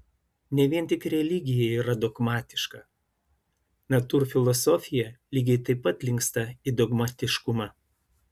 ne vien tik religija yra dogmatiška natūrfilosofija lygiai taip pat linksta į dogmatiškumą